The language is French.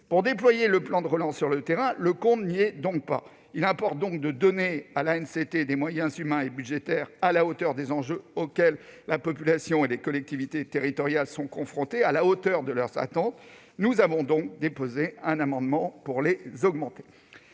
Pour déployer le plan de relance sur le terrain, le compte n'y est donc pas. Il importe de donner à l'ANCT des moyens humains et budgétaires à la hauteur des enjeux auxquels la population et les collectivités territoriales sont confrontées, à la hauteur de leurs attentes. Nous avons donc déposé un amendement ayant pour objet de les augmenter.